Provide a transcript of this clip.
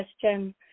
question